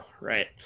right